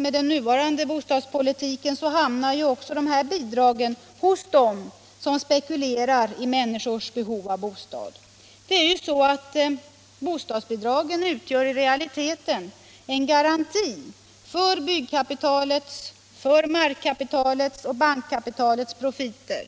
Med nuvarande bostadspolitik hamnar ju också dessa bidrag hos dem som spekulerar i människors behov av bostad. Det är ju så att bostadsbidragen utgör i realiteten en garanti för byggkapitalets, markkapitalets och bankkapitalets profiter,